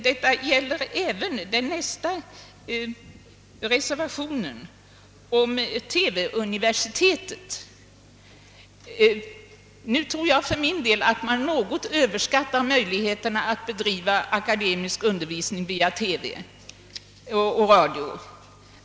Detta gäller även nästa reservation, om TV-universitetet. Jag tror för min del att man något överskattar möjligheterna att bedriva akademisk undervisning via TV och radio.